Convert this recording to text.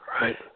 Right